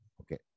Okay